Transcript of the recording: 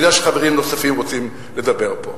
אני יודע שחברים נוספים רוצים לדבר פה.